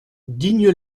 digne